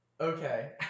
Okay